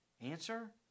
answer